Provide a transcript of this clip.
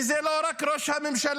וזה לא רק ראש הממשלה.